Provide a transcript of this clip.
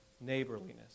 neighborliness